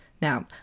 Now